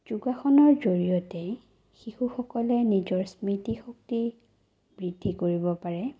যোগাসনৰ জৰিয়তে শিশুসকলে নিজৰ স্মৃতিশক্তি বৃদ্ধি কৰিব পাৰে